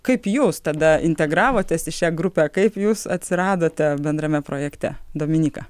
kaip jūs tada integravotės į šią grupę kaip jūs atsiradote bendrame projekte dominyka